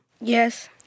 Yes